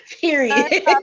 Period